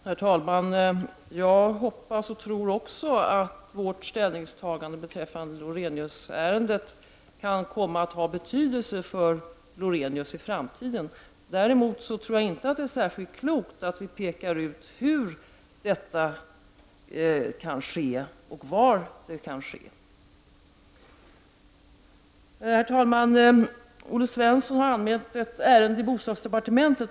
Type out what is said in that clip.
Herr talman! Jag hoppas och tror också att vårt ställningstagande beträffande Loreniusärendet kan komma att ha betydelse för Lorenius i framtiden. Däremot tror jag inte att det är särskilt klokt att vi pekar ut hur detta kan ske och var det kan ske. Herr talman! Olle Svensson har anmält ett ärende gällande bostadsdepartementet.